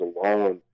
alone